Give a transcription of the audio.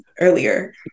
earlier